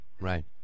Right